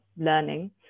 learning